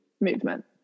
movement